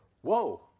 whoa